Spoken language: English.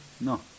No